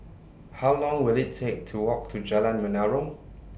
How Long Will IT Take to Walk to Jalan Menarong